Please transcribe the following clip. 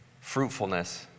fruitfulness